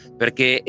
perché